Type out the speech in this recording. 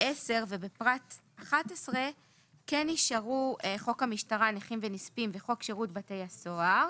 ובפרט 11 כן נשארו חוק המשטרה (נכים ונספים) וחוק שירות בתי הסוהר